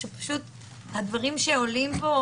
הדברים יעלו פה,